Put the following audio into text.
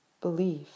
belief